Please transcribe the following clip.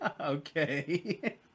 Okay